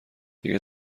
دیگه